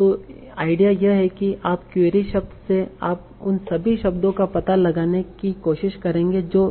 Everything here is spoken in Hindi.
तो आईडिया यह है कि आपके क्वेरी शब्द से आप उन सभी शब्दों का पता लगाने की कोशिश करेंगे जो